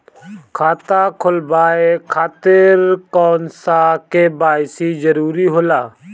खाता खोलवाये खातिर कौन सा के.वाइ.सी जरूरी होला?